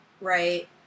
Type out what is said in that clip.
right